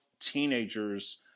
teenagers